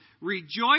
rejoice